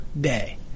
day